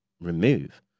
remove